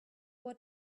what